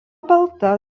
balta